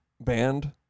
band